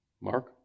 Mark